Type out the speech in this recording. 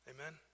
Amen